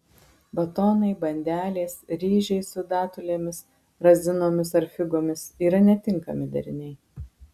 batonai bandelės ryžiai su datulėmis razinomis ar figomis yra netinkami deriniai